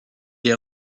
est